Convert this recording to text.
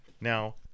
Now